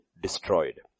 destroyed